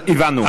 הבנו.